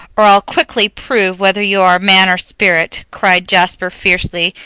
or i'll quickly prove whether you are man or spirit! cried jasper fiercely,